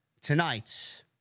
tonight